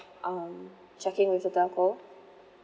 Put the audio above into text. um checking with the telco